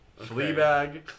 Fleabag